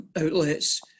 outlets